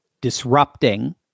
disrupting